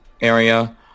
area